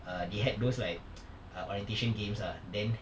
err they had those like err orientation games ah then